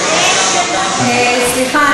סליחה,